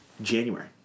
January